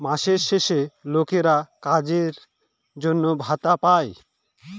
মাসের শেষে লোকেরা কাজের জন্য ভাতা পাই